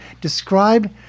describe